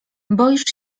boisz